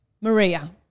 Maria